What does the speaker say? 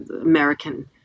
american